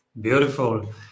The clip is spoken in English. Beautiful